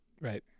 right